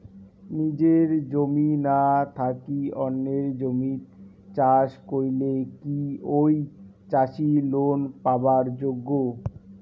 নিজের জমি না থাকি অন্যের জমিত চাষ করিলে কি ঐ চাষী লোন পাবার যোগ্য?